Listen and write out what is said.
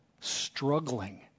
struggling